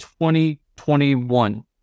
2021